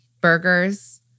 burgers